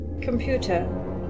Computer